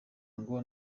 ngo